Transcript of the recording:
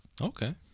Okay